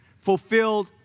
fulfilled